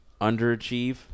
underachieve